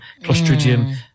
clostridium